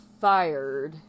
fired